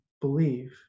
believe